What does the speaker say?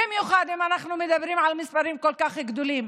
במיוחד אם אנחנו מדברים על מספרים כל כך גדולים.